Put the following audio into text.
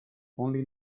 only